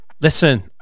listen